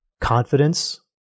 confidence